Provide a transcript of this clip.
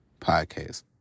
podcast